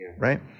right